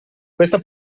questa